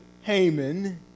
Haman